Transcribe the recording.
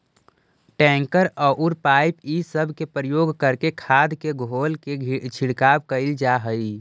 tanker औउर pipe इ सब के प्रयोग करके खाद के घोल के छिड़काव कईल जा हई